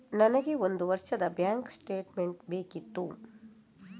ನನಗೆ ಒಂದು ವರ್ಷದ ಬ್ಯಾಂಕ್ ಸ್ಟೇಟ್ಮೆಂಟ್ ಬೇಕಿತ್ತು